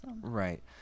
Right